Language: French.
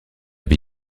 vie